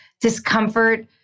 discomfort